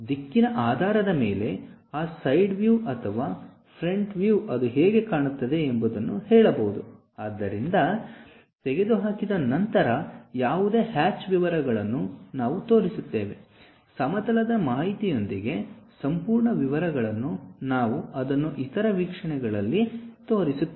ದಿಕ್ಕಿನ ಆಧಾರದ ಮೇಲೆ ಆ ಸೈಡ್ ವ್ಯೂ ಅಥವಾ ಫ್ರಂಟ್ ವ್ಯೂನಲ್ಲಿ ಅದು ಹೇಗೆ ಕಾಣುತ್ತದೆ ಎಂಬುದನ್ನು ಹೇಳಬಹುದು ಆದ್ದರಿಂದ ತೆಗೆದುಹಾಕಿದ ನಂತರ ಯಾವುದೇ ಹ್ಯಾಚ್ ವಿವರಗಳನ್ನು ನಾವು ತೋರಿಸುತ್ತೇವೆ ಸಮತಲದ ಮಾಹಿತಿಯೊಂದಿಗೆ ಸಂಪೂರ್ಣ ವಿವರಗಳನ್ನು ನಾವು ಅದನ್ನು ಇತರ ವೀಕ್ಷಣೆಗಳಲ್ಲಿ ತೋರಿಸುತ್ತೇವೆ